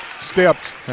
Steps